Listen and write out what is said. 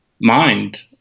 mind